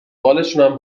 بالشونم